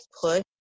push